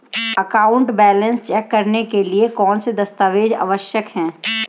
Account balance check करने के लिए कौनसे दस्तावेज़ आवश्यक हैं?